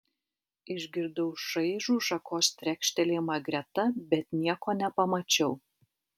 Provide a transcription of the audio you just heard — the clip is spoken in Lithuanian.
išgirdau šaižų šakos trekštelėjimą greta bet nieko nepamačiau